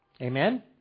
Amen